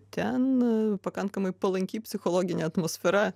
ten pakankamai palanki psichologinė atmosfera